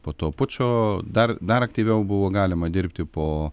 po to pučo dar dar aktyviau buvo galima dirbti po